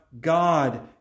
God